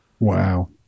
wow